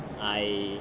I